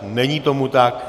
Není tomu tak.